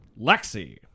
Lexi